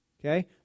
Okay